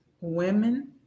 women